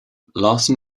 larson